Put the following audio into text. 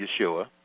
Yeshua